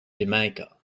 jamaica